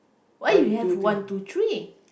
why you have one two three